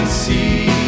see